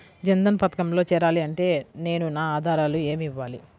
జన్ధన్ పథకంలో చేరాలి అంటే నేను నా ఆధారాలు ఏమి ఇవ్వాలి?